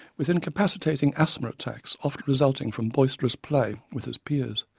with incapacitating asthma attacks often resulting from boisterous play with his peers.